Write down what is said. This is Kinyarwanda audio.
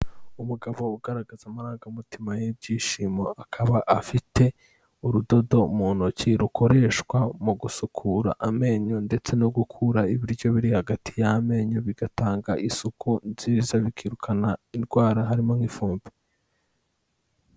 Umugabo ugaragaza amarangamutima y'ibyishimo, akaba afite urudodo mu ntoki rukoreshwa mu gusukura amenyo ndetse no gukura ibiryo biri hagati y'amenyo, bigatanga isuku nziza, bikirukana indwara harimo nk'ifumbi.